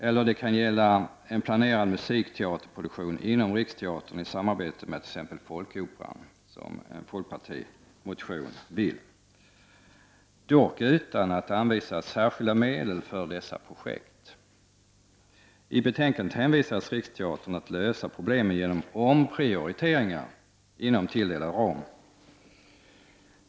Det kan också gälla en planerad musikteaterproduktion inom Riksteatern i samarbete med t.ex. Folkoperan, som folkpartiet föreslår i en motion. Dock anvisas inte särskilda medel för dessa projekt, utan i betänkandet hänvisas Riksteatern till att lösa problemen genom omprioriteringar inom tilldelad ram.